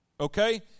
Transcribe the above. Okay